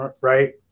Right